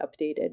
updated